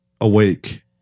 awake